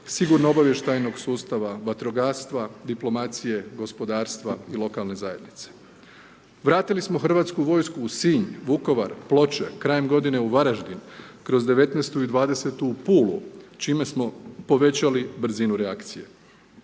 sigurno-obavještajnog sustava, vatrogastva, diplomacije, gospodarstva i lokalne zajednice. Vratili smo hrvatsku vojsku u Sinj, Vukovar, Ploče, krajem godine u Varaždin, kroz 2019. i 2020. u Pulu čime smo povećali brzinu reakcije.